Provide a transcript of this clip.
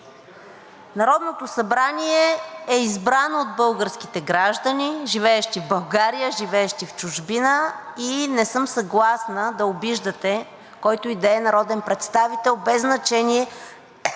Народното събрание е избрано от българските граждани, живеещи в България, живеещи в чужбина, и не съм съгласна да обиждате който и да е народен представител, без значение